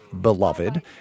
*Beloved*